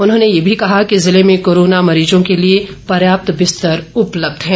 उन्होंने ये भी कहा कि जिले में कोरोना मरीजों के लिए पर्याप्त बिस्तर उपलब्ध हैं